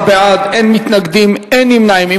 15 בעד, אין מתנגדים, אין נמנעים.